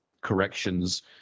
corrections